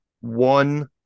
one